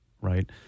right